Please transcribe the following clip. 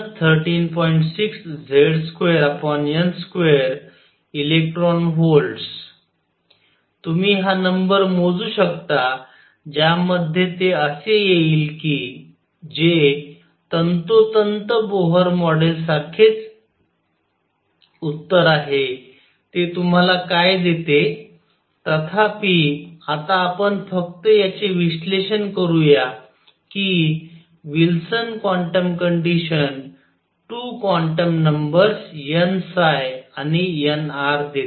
6Z2n2 electron volts तुम्ही हा number मोजू शकता ज्यामध्ये ते असे येईल कि जे तंतोतंत बोहर मॉडेल सारखेच उत्तर आहे ते तुम्हाला काय देते तथापि आता आपण फक्त याचे विश्लेषण करू या कि Wilson quantum conditions 2 quantum numbers nआणि nrदेते